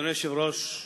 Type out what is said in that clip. אדוני היושב-ראש,